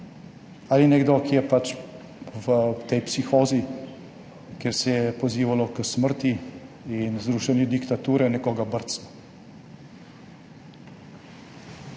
ali nekdo, ki je pač v tej psihozi, kjer se je pozivalo k smrti in zrušenju diktature, nekoga brcnil?